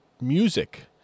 music